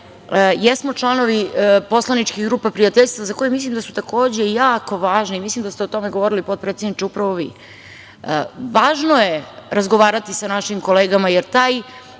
jesmo članovi poslaničkih grupa prijateljstava za koje mislim da su takođe jako važne i mislim da ste o tome govorili, potpredsedniče, upravo vi. Važno je razgovarati sa našim kolegama, jer taj